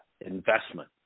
investment